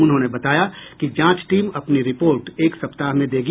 उन्होंने बताया कि जांच टीम अपनी रिपोर्ट एक सप्ताह में देगी